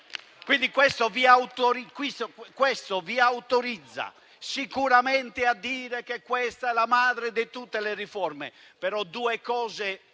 Questo vi autorizza sicuramente a dire che questa è la madre di tutte le riforme, però siete